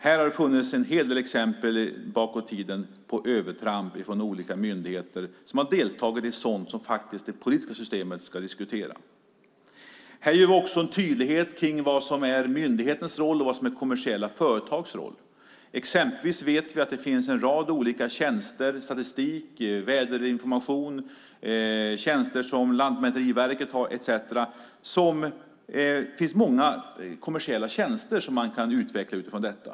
Här har det funnits en hel del exempel bakåt i tiden på övertramp från olika myndigheter som har deltagit i sådant som det politiska systemet faktiskt ska diskutera. Här ger vi också en tydlighet kring vad som är myndighetens roll och vad som är kommersiella företags roll. Exempelvis vet vi att det finns en rad olika tjänster, statistik, väderinformation och annat, som Lantmäteriverket har, och det finns många kommersiella tjänster som man kan utveckla utifrån detta.